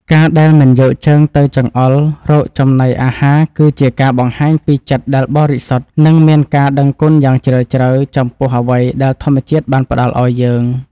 ការដែលមិនយកជើងទៅចង្អុលរកចំណីអាហារគឺជាការបង្ហាញពីចិត្តដែលបរិសុទ្ធ និង មានការដឹងគុណយ៉ាងជ្រាលជ្រៅចំពោះអ្វីដែលធម្មជាតិបានផ្តល់ឱ្យយើង។